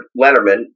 Letterman